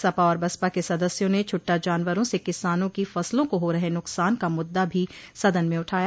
सपा और बसपा के सदस्यों ने छुट्टा जनवरों से किसानों की फसलों को हो रहे नुकसान का मुद्दा भी सदन में उठाया